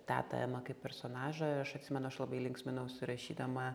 tetą emą kaip personažą aš atsimenu aš labai linksminausi rašydama